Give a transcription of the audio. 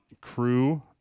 Crew